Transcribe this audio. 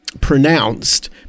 pronounced